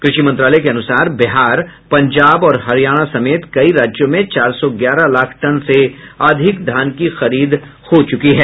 कृषि मंत्रालय के अनुसार बिहार पंजाब और हरियाणा समेत कई राज्यों में चार सौ ग्यारह लाख टन से अधिक धान की खरीद हो चुकी है